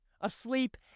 Asleep